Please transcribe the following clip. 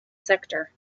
sector